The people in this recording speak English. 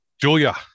Julia